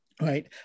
right